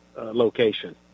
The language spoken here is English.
location